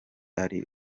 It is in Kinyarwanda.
ari